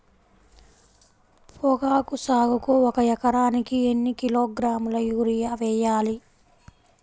పొగాకు సాగుకు ఒక ఎకరానికి ఎన్ని కిలోగ్రాముల యూరియా వేయాలి?